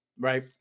Right